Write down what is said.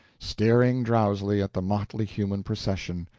staring drowsily at the motley human procession,